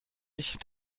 ich